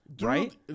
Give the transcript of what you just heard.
right